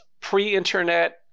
pre-internet